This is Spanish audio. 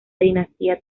dinastía